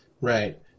right